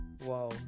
Wow